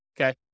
Okay